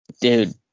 dude